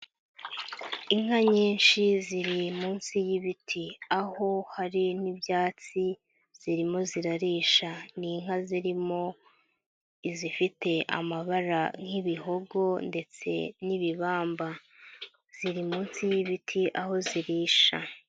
Inka nyinshi ziri munsi y'ibiti, aho hari n'ibyatsi zirimo zirarisha, ni inka zirimo izifite amabara nk'ibihogo ndetse n'ibibamba, ziri munsi y'ibiti aho zirisha.